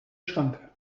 schranke